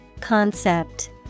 Concept